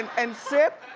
and and sip.